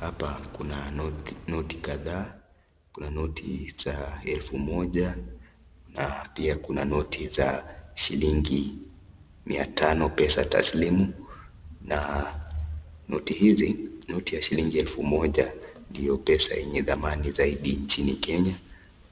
Hapa Kuna notii kadhaa hapa Kuna noti ya elfu moja pia Kuna noti ya shilingi mia Tano pesa taslimu na noti hizi noti ya shilingi elfu moja ndio pesa yenye thamani zaidi njini Kenya